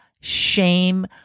shame